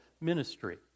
ministry